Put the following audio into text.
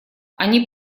они